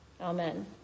Amen